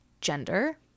gender